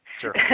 sure